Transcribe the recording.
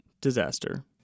disaster